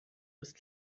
ist